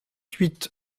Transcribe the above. huit